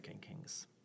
Kings